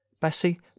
Bessie